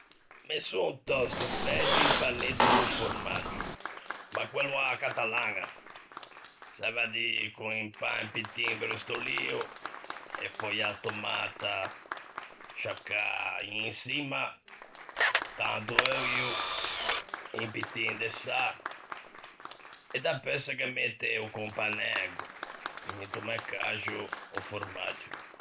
Me son tòsto fæto un panetto co-o formaggio, ma quello a-a catalaña, saiva à dî con o pan un pittin brustolio e pöi a tomata sciaccâ in çimma, tanto euio e un pittin de sâ, e dapeu se ghe mette o companægo, into mæ caxo o formaggio.